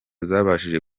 zabashije